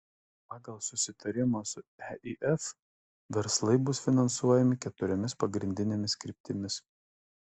pagal susitarimą su eif verslai bus finansuojami keturiomis pagrindinėmis kryptimis